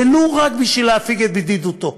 ולו רק בשביל להפיג את בדידותו.